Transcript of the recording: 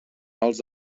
els